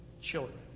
children